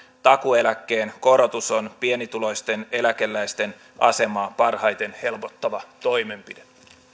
takuueläkkeen korotus on pienituloisten eläkeläisten asemaa parhaiten helpottava toimenpide